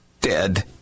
dead